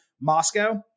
Moscow